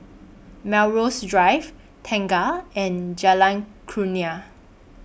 Melrose Drive Tengah and Jalan Kurnia